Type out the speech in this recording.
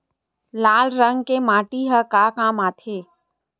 लाल रंग के माटी ह का काम आथे?